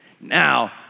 Now